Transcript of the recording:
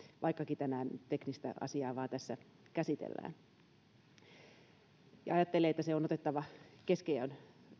vaikkakin tänään vain teknistä asiaa tässä käsitellään ajattelen että se on otettava keskiöön